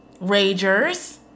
Ragers